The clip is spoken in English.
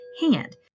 hand